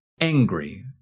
angry